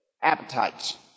Appetites